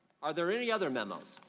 are there any other memos,